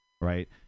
Right